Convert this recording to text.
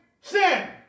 sin